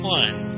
one